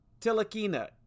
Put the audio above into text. Tilakina